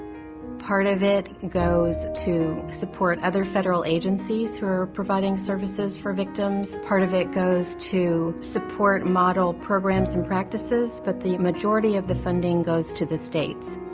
part of it goes to support other federal agencies who are providing services for victims part of it goes to support model programs and practices. but the majority of the funding goes to the states.